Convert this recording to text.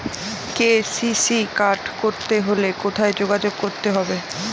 KCC card করতে হলে কোথায় যোগাযোগ করতে হবে?